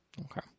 Okay